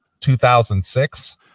2006